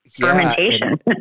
fermentation